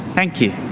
thank you.